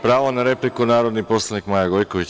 Pravo na repliku narodni poslanik Maja Gojković.